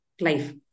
life